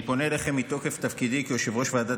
אני פונה אליכם מתוקף תפקידי כיושב-ראש ועדה